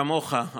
כמוך,